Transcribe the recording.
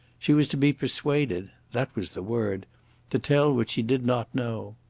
she was to be persuaded that was the word to tell what she did not know.